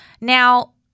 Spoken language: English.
Now